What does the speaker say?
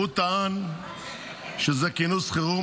הוא טען שזה כינוס חירום,